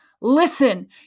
Listen